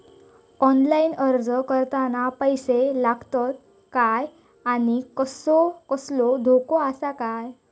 Online अर्ज करताना पैशे लागतत काय आनी कसलो धोको आसा काय?